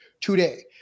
today